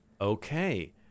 Okay